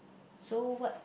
so what